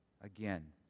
Again